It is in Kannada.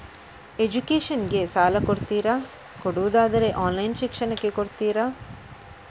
ಎಜುಕೇಶನ್ ಗೆ ಸಾಲ ಕೊಡ್ತೀರಾ, ಕೊಡುವುದಾದರೆ ಆನ್ಲೈನ್ ಶಿಕ್ಷಣಕ್ಕೆ ಕೊಡ್ತೀರಾ?